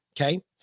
Okay